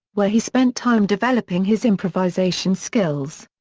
where he spent time developing his improvisation skills.